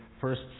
first